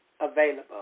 available